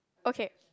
okay